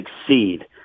succeed